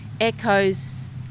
echoes